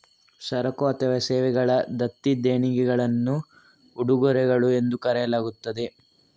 ಸರಕು ಅಥವಾ ಸೇವೆಗಳ ದತ್ತಿ ದೇಣಿಗೆಗಳನ್ನು ಉಡುಗೊರೆಗಳು ಎಂದು ಕರೆಯಲಾಗುತ್ತದೆ